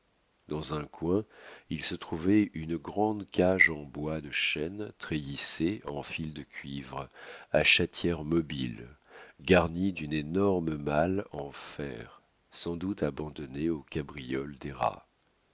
dans un coin il se trouvait une grande cage en bois de chêne treillissée en fil de cuivre à chatière mobile garnie d'une énorme malle en fer sans doute abandonnée aux cabrioles des